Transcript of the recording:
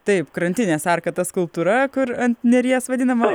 taip krantinės arka ta skulpūra kur ant neries vadinama